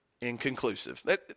inconclusive